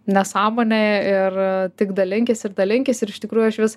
nesąmonė ir tik dalinkis ir dalinkis ir iš tikrųjų aš vis